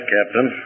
Captain